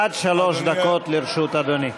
עד שלוש דקות לרשות אדוני.